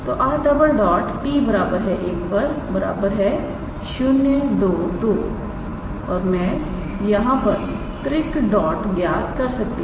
तो 𝑟̈𝑡1 022 और मैं यहां पर त्रिक डॉट ज्ञात कर सकता हूं